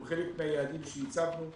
והוא חלק מהיעדים שהצבנו.